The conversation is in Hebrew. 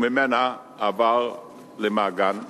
וממנה עבר למעגן-מיכאל.